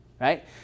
Right